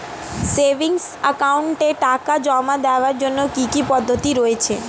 Savings একাউন্টে টাকা জমা দেওয়ার জন্য কি কি পদ্ধতি রয়েছে?